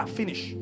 finish